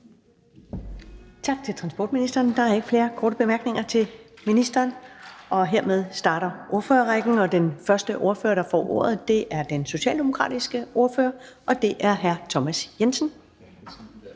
Tak til transportministeren. Der er ikke flere korte bemærkninger til ministeren, og hermed starter ordførerrækken. Den første ordfører, der får ordet, er den socialdemokratiske ordfører, og det er hr. Thomas Jensen.